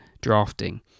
drafting